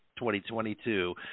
2022